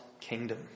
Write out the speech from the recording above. kingdom